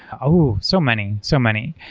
oh! so many. so many.